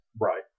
Right